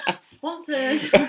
Sponsors